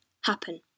happen